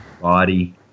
body